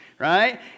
Right